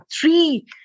three